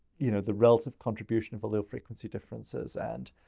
you know, the relative contribution of allele frequency differences and